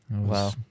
Wow